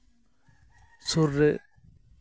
ᱥᱩᱨ ᱨᱮ